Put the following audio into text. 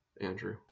Andrew